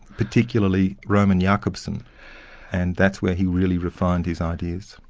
particularly roman yeah jacobson and that's where he really refined his ideas.